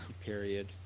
Period